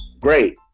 great